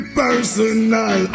personal